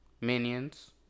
Minions